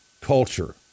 culture